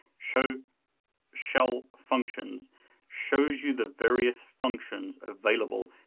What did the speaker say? show shell functions shows you the various functions available,